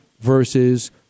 versus